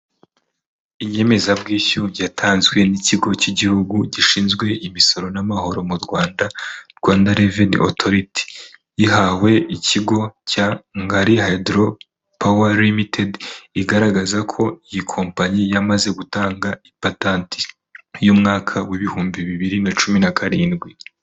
Inyemezabwishyu yatanzwe n'ikigo cy'igihugu gishinzwe imisoro n'amahoro mu Rwanda, Rwanda Reveni Otoriti. Gihawe ikigo cya ngalihayidoro pawa limitedi igaragaza ko iyi kompanyi yamaze gutanga ipatanti y'umwaka w'ibihumbi bibiri nacumi na karindwi.